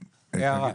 הערה.